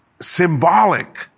symbolic